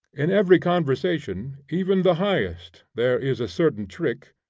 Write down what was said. in every conversation, even the highest, there is a certain trick,